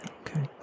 Okay